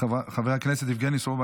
חבר הכנסת יבגני סובה,